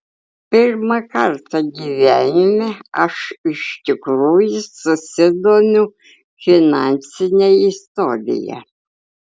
pirmą kartą gyvenime aš iš tikrųjų susidomiu finansine istorija